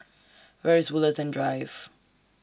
Where IS Woollerton Drive